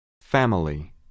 Family